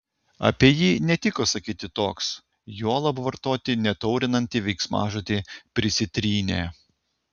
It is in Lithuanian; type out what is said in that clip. apie jį netiko sakyti toks juolab vartoti netaurinantį veiksmažodį prisitrynė